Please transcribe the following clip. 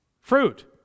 fruit